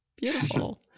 beautiful